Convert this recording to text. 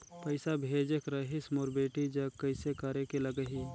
पइसा भेजेक रहिस मोर बेटी जग कइसे करेके लगही?